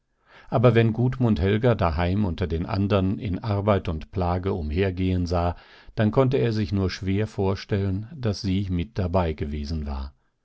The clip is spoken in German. aber wenn gudmund helga daheim unter den andern in arbeit und plage umhergehen sah dann konnte er sich nur schwer vorstellen daß sie mit dabeigewesen war